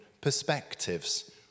perspectives